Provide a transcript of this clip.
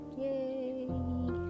yay